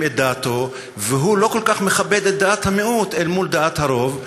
את דעתו והוא לא כל כך מכבד את דעת המיעוט אל מול דעת הרוב?